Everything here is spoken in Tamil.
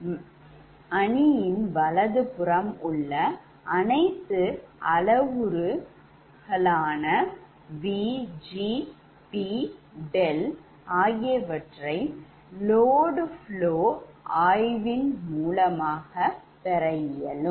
மேட்ரிக்ஸ் ன் வலது புறம் உள்ள அனைத்து அளவுரு parameters VGB ɗ ர் களையும் load flow studies மூலமாக பெற இயலும்